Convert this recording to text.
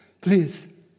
Please